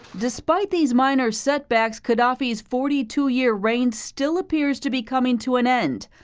despite these minor setbacks, gadhafi's forty two year reign still appears to be coming to an end.